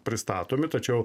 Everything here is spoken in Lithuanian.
pristatomi tačiau